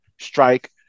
strike